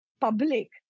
public